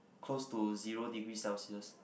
close to zero degree Celsius